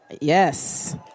Yes